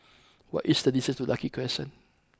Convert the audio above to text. what is the distance to Lucky Crescent